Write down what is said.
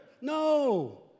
No